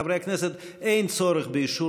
חברי הכנסת, אין צורך באישור